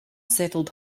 settled